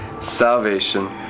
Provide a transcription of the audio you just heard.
salvation